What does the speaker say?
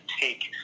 take